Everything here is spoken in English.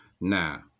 Now